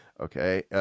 okay